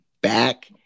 back